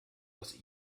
aus